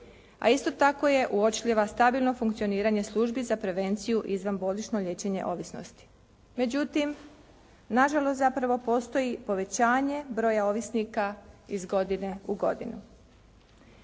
a isto tako je uočljivo stabilno funkcioniranje službi za prevenciju izvanbolničko liječenje ovisnosti. Međutim, nažalost postoji povećanje broja ovisnika iz godine u godinu.